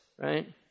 right